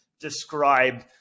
describe